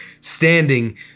Standing